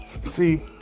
see